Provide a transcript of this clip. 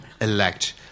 elect